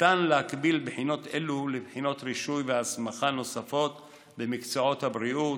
ניתן להקביל בחינות אלה לבחינות רישוי והסמכה נוספות במקצועות הבריאות,